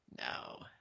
no